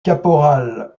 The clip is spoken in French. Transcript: caporal